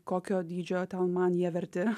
kokio dydžio ten man jie verti